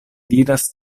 diras